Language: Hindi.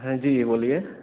हँ जी ये बोलिए